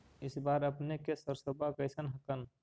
इस बार अपने के सरसोबा कैसन हकन?